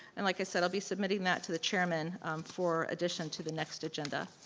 and like i said, i'll be submitting that to the chairman for addition to the next agenda.